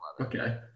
Okay